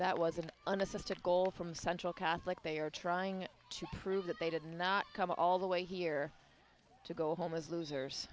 that was an unassisted goal from central catholic they are trying to prove that they did not come all the way here to go home as losers